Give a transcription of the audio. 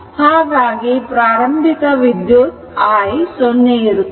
ಹಾಗಾಗಿ ಪ್ರಾರಂಭಿಕ ವಿದ್ಯುತ್ ಅಂದರೆ i0 ಇರುತ್ತದೆ